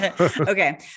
Okay